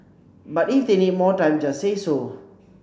but if they need more time just say so